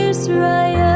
Israel